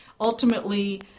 ultimately